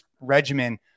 regimen